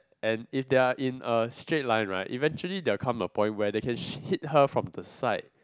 and if they are in a straight line right eventually there will come a point where they can hit her from the side